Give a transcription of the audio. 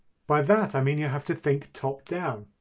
by that i mean you have to think top-down.